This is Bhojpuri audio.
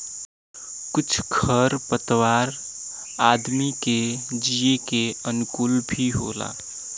कुछ खर पतवार आदमी के जिये के अनुकूल भी होला